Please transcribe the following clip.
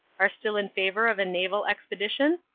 are still in favour of a naval expedition?